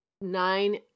nine